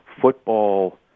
football